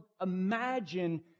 imagine